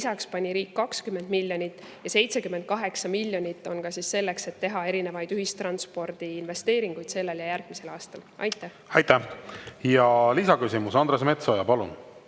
lisaks pani riik 20 miljonit ja 78 miljonit on selleks, et teha erinevaid ühistranspordiinvesteeringuid sellel ja järgmisel aastal. Aitäh! Ja lisaküsimus. Andres Metsoja, palun!